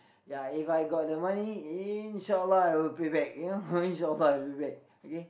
ya If I got the money in short while I will pay back in short while I will pay back okay